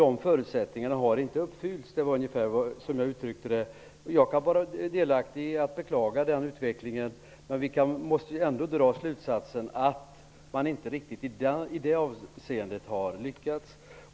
De förutsättningarna har inte uppfyllts, som jag uttryckte det. Jag kan beklaga den utvecklingen. Men vi måste ändå dra slutsatsen att man inte riktigt har lyckats i det avseendet.